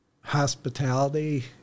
hospitality